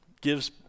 gives